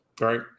Right